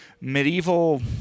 medieval